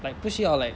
like 不需要 like